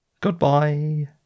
Goodbye